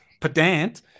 pedant